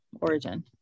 origin